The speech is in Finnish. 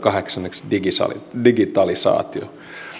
kahdeksanneksi digitalisaatio digitalisaatio